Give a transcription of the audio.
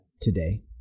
today